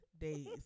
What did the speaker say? days